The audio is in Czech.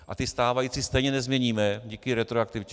A stávající stejně nezměníme díky retroaktivitě.